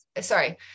sorry